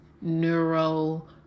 neuro